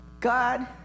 God